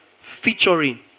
featuring